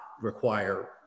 require